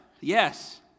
Yes